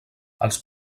els